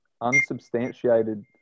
unsubstantiated